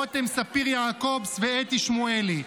רותם ספיר יעקובס ואתי שמואלי,